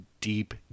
deep